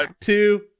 two